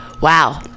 Wow